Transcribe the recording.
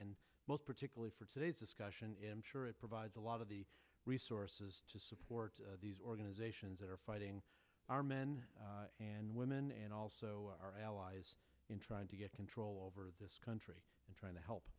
and most particularly for today's discussion im sure it provides a lot of the resources to support these organizations that are fighting our men and women and also our allies in trying to get control over this country and trying to